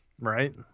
right